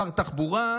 שר תחבורה,